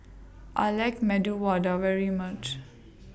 I like Medu Vada very much